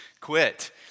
quit